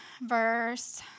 verse